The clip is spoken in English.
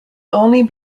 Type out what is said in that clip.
only